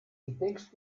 gedenkst